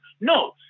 No